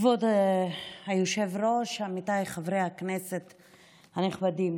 כבוד היושב-ראש, עמיתיי חברי הכנסת הנכבדים,